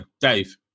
Dave